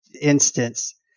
instance